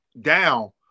down